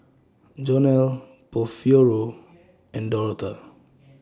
Jonell Porfirio and Dorotha